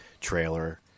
trailer